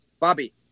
Bobby